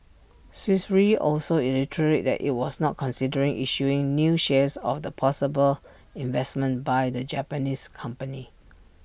Swiss re also reiterated that IT was not considering issuing new shares of the possible investment by the Japanese company